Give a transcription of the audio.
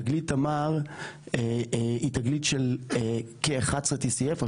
תגלית תמר היא תגלית של כ-TCF11 או